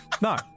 No